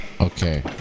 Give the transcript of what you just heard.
Okay